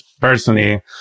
personally